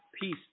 peace